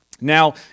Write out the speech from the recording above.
Now